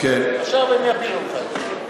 עכשיו הם יפילו לך את זה.